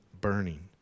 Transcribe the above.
burning